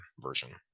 version